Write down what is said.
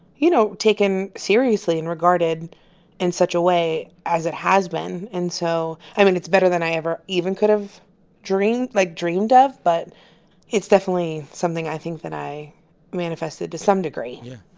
you know, taken seriously and regarded in such a way as it has been. and so i mean, it's better than i ever even could have dreamed like, dreamed of. but it's definitely something, i think, that i manifested to some degree yeah.